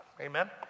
Amen